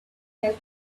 help